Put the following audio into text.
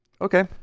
Okay